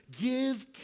give